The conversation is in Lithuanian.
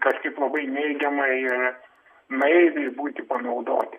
kažkaip labai neigiamai ir naiviai būti panaudoti